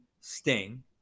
sting